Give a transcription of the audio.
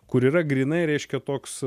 kur yra grynai reiškia toks